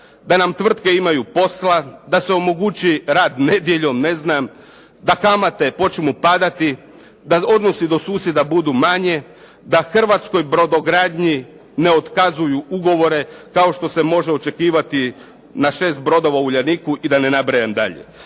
da nam tvrtke imaju posla, da se omogući rad nedjeljom ne znam, da kamate počnu padati, da odnosi do susjeda budu manje, da hrvatskoj brodogradnji ne otkazuju ugovore, kao što se može očekivati na 6 brodova "Uljaniku" i da ne nabrajam dalje.